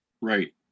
Right